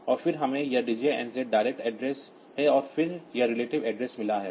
और फिर हमें यह DJNZ डायरेक्ट एड्रेस और फिर यह रिलेटिव एड्रेस मिला है